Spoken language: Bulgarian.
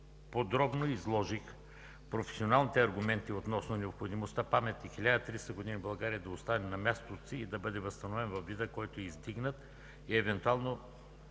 подробно изложих професионалните аргументи относно необходимостта Паметник „1300 години България” да остане на мястото си и да бъде възстановен във вида, в който е издигнат и евентуално